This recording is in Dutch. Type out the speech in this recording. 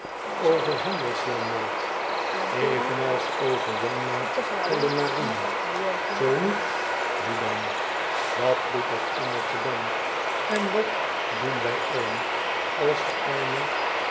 handels janmaat handels janmaat evenals over janmaat van de marine zoo niet wie dan wat doet dat engeltje dan en wat doen wij allen als de arme